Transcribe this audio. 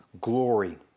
glory